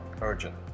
urgent